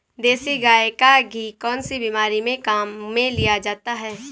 देसी गाय का घी कौनसी बीमारी में काम में लिया जाता है?